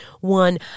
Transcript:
one